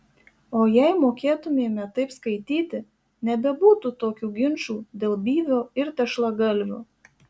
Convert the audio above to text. o jei mokėtumėme taip skaityti nebebūtų tokių ginčų dėl byvio ir tešlagalvio